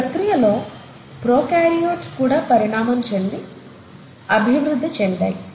ఈ ప్రక్రియలో ప్రోకారియోట్స్ కూడా పరిణామం చెంది అభివృద్ధి చెందాయి